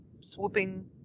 swooping